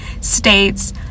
states